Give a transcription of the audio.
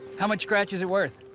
how much scratch is it worth?